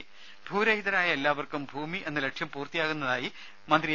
രുമ ഭൂരഹിതരായ എല്ലാവർക്കും ഭൂമി എന്ന ലക്ഷ്യം പൂർത്തിയാകുന്നതായി മന്ത്രി എ